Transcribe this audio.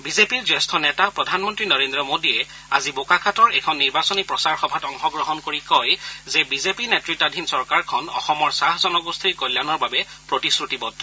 বিজেপিৰ জ্যেষ্ঠ নেতা প্ৰধানমন্ত্ৰী নৰেন্দ্ৰ মোডীয়ে আজি বোকাখাতৰ এখন নিৰ্বাচনী প্ৰচাৰ সভাত অংশগ্ৰহণ কৰি কয় যে বিজেপি নেতৃতাধীন চৰকাৰখন অসমৰ চাহ জনগোষ্ঠীৰ কল্যাণৰ বাবে প্ৰতিশ্ৰুতিবদ্ধ